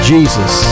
Jesus